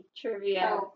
trivia